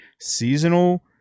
seasonal